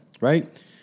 right